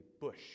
bush